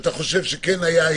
שאתה חושב שכן היה,